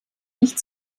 nicht